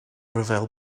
ryfel